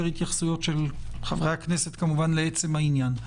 התייחסויות של חברי הכנסת לעצם העניין.